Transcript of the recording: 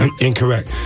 Incorrect